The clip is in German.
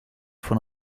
von